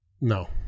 No